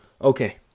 Okay